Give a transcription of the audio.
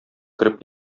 кереп